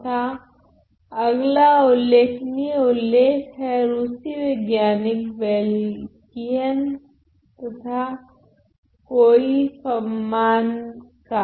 तथा अगला उल्लेखनीय उल्लेख है रूसी वैज्ञानिक बेयल्किन तथा कोइफमान्न का